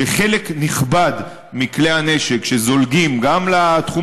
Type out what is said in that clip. שחלק נכבד מכלי הנשק שזולגים גם לתחום